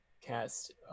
cast